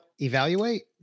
Evaluate